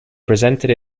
presented